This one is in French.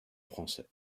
français